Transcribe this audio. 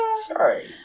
Sorry